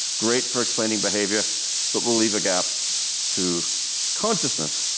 great for explaining behaviour but will leave a gap to consciousness.